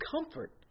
comfort